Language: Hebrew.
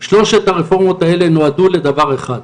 שלוש הרפורמות האלה נועדו לדבר אחד,